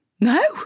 no